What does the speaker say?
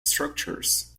structures